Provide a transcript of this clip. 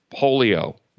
polio